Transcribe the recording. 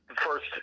first